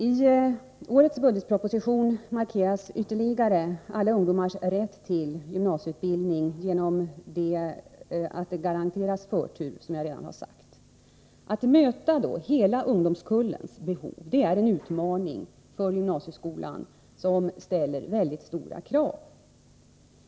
I årets budgetproposition markeras ytterligare alla ungdomars rätt till gymnasieutbildning genom att de garanteras förtur, som jag redan har sagt. Att möta hela ungdomskullens behov är en utmaning för gymnasieskolan, vilket ställer mycket stora krav.